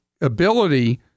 ability